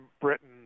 britain